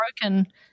broken